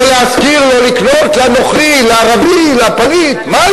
לא להשכיר, לא לקנות, לנוכרי, לערבי,